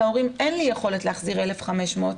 להורים: אין לי יכולת להחזיר 1,500,